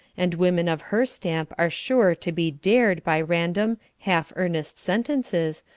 and women of her stamp are sure to be dared by random, half-earnest sentences,